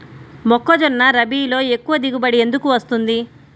మొక్కజొన్న రబీలో ఎక్కువ దిగుబడి ఎందుకు వస్తుంది?